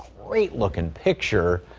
great looking picture.